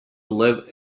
live